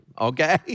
okay